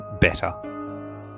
better